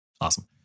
Awesome